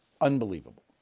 unbelievable